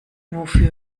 wofür